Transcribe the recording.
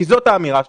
כי זו האמירה שלכם,